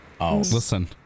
Listen